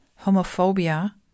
homophobia